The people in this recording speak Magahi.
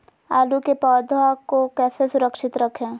आलू के पौधा को कैसे सुरक्षित रखें?